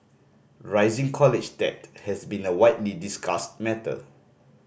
rising college debt has been a widely discussed matter